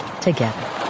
together